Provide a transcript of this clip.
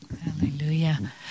Hallelujah